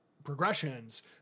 progressions